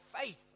faith